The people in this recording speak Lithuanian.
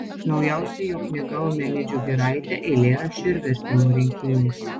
naujausia jo knyga eumenidžių giraitė eilėraščių ir vertimų rinkinys